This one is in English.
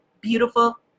beautiful